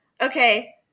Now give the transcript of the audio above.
Okay